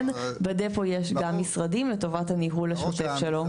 כן בדפו יש גם משרדים לטובת הניהול השוטף שלו.